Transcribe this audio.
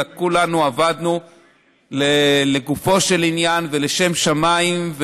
אלא כולנו עבדנו לגופו של עניין ולשם שמיים.